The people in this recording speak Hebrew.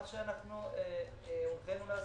מה שהונחינו לעשות,